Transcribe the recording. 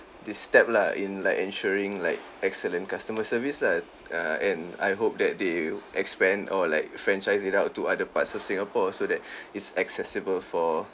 this step lah in like ensuring like excellent customer service lah uh and I hope that they expand or like franchise it out to other parts of singapore so that is accessible for